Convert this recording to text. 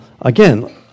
again